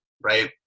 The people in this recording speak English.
right